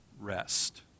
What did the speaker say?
rest